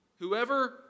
whoever